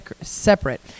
separate